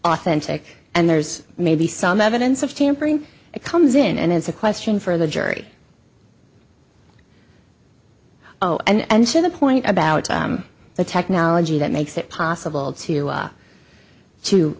authentic and there's maybe some evidence of tampering it comes in and it's a question for the jury oh and to the point about the technology that makes it possible to